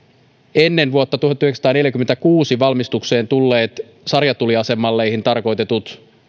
ennen vuotta tuhatyhdeksänsataaneljäkymmentäkuusi valmistukseen tulleet sarjatuliasemalleihin tarkoitetut